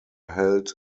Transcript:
held